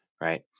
right